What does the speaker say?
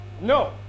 No